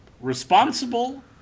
Responsible